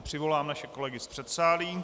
Přivolám naše kolegy z předsálí.